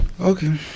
okay